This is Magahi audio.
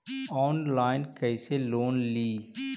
ऑनलाइन कैसे लोन ली?